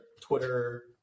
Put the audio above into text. Twitter